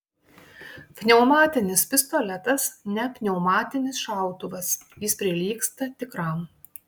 pneumatinis pistoletas ne pneumatinis šautuvas jis prilygsta tikram